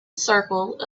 circle